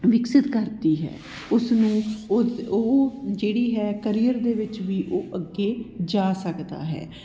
ਵਿਕਸਿਤ ਕਰਦੀ ਹੈ ਉਸਨੂੰ ਉਹ ਉਹ ਜਿਹੜੀ ਹੈ ਕਰੀਅਰ ਦੇ ਵਿੱਚ ਵੀ ਉਹ ਅੱਗੇ ਜਾ ਸਕਦਾ ਹੈ